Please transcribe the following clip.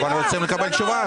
אבל רוצים לקבל תשובה.